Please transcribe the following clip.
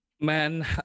Man